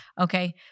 Okay